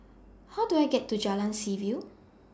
How Do I get to Jalan Seaview